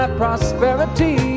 prosperity